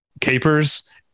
capers